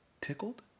tickled